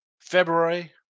February